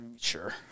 Sure